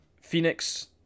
Phoenix